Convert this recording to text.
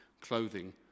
clothing